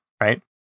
Right